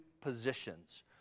positions